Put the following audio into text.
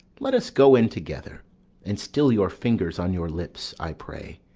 let us go in together and still your fingers on your lips, i pray.